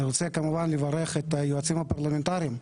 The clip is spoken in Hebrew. אני רוצה כמובן לברך את היועצים הפרלמנטריים,